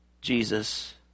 Jesus